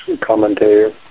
commentator